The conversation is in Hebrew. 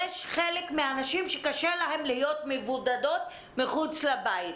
יש חלק מהנשים שקשה להן להיות מבודדות מחוץ לבית.